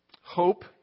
hope